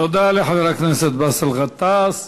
תודה לחבר הכנסת באסל גטאס.